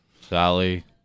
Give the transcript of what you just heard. sally